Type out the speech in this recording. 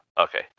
okay